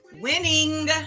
Winning